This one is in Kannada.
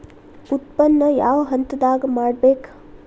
ಉತ್ಪನ್ನ ಯಾವ ಹಂತದಾಗ ಮಾಡ್ಬೇಕ್?